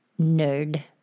nerd